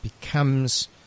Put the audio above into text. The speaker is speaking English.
becomes